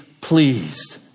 pleased